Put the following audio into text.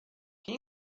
can